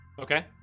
okay